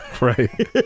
right